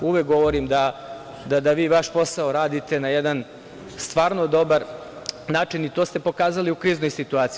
Uvek govorim da vi vaš posao radite na jedan stvarno, dobar način i to ste pokazali u kriznoj situaciji.